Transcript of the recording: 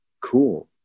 Cool